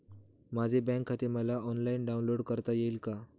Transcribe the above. माझे बँक खाते मला ऑनलाईन डाउनलोड करता येईल का?